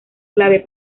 clave